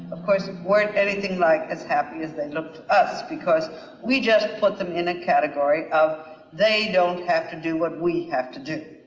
of course weren't anything like as happy as they look to us because we just put them in a category of they don't have to do what we have to do.